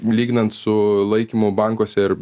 lyginant su laikymu bankuose ir